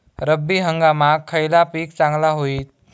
रब्बी हंगामाक खयला पीक चांगला होईत?